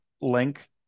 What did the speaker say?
link